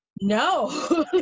No